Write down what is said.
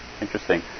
interesting